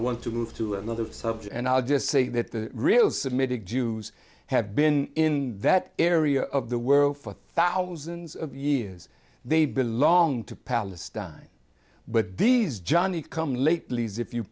want to move to another piece of and i'll just say that the real semitic jews have been in that area of the world for thousands of years they belong to palestine but these johnny come lately if you